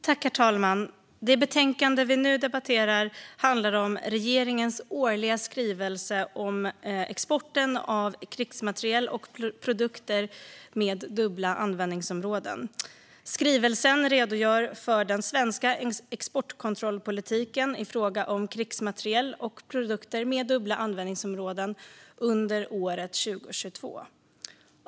Herr talman! Det betänkande vi nu debatterar handlar om regeringens årliga skrivelse om exporten av krigsmateriel och produkter med dubbla användningsområden. Skrivelsen redogör för den svenska exportkontrollpolitiken i fråga om krigsmateriel och produkter med dubbla användningsområden under året 2022.